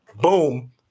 Boom